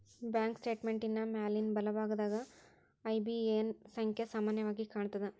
bank ಸ್ಟೇಟ್ಮೆಂಟಿನ್ ಮ್ಯಾಲಿನ್ ಬಲಭಾಗದಾಗ ಐ.ಬಿ.ಎ.ಎನ್ ಸಂಖ್ಯಾ ಸಾಮಾನ್ಯವಾಗಿ ಕಾಣ್ತದ